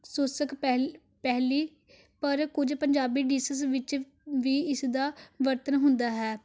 ਸੂਸਕ ਪਹਿਲ ਪਹਿਲੀ ਪਰ ਕੁਝ ਪੰਜਾਬੀ ਡਿਸਿਸ ਵਿੱਚ ਵੀ ਇਸਦਾ ਵਰਤਣ ਹੁੰਦਾ ਹੈ